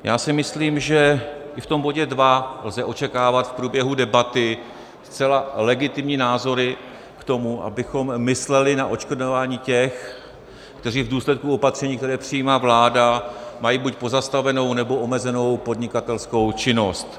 Já si myslím, že i v tom bodě 2 lze očekávat v průběhu debaty zcela legitimní názory k tomu, abychom mysleli na odškodňování těch, kteří v důsledku opatření, které přijímá vláda, mají buď pozastavenou, nebo omezenou podnikatelskou činnost.